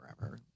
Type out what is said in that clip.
forever